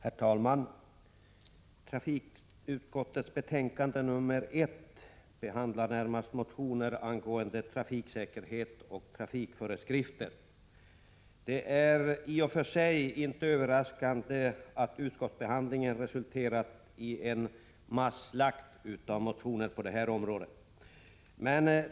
Herr talman! I trafikutskottets betänkande nr 1 behandlas närmast motioner om trafiksäkerhet och trafikföreskrifter. Det är i och för sig inte överraskande att utskottsbehandlingen resulterat i en masslakt av motioner på detta område.